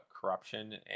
corruption